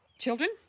Children